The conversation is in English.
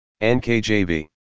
NKJV